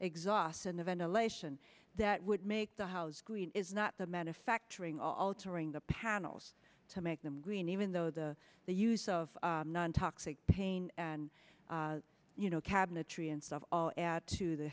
exhaust and the ventilation that would make the house clean is not the manufacturing altering the panels to make them green even though the the use of nontoxic pain and you know cabinetry and stuff all add to the